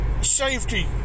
safety